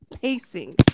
pacing